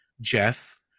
Jeff